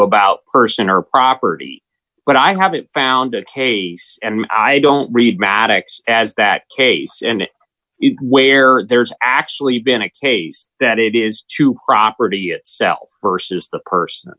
about person or property but i haven't found that case and i don't read maddox as that case and where there's actually been a case that it is to property itself versus the person th